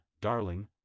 darling